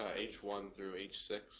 h one through h six.